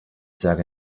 sage